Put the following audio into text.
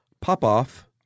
Popoff